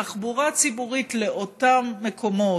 תחבורה ציבורית לאותם מקומות,